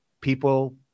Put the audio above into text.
people